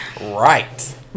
Right